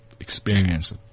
experience